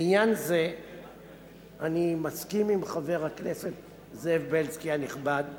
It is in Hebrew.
בעניין זה אני מסכים עם חבר הכנסת זאב בילסקי הנכבד,